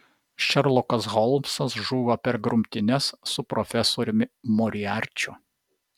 šerlokas holmsas žūva per grumtynes su profesoriumi moriarčiu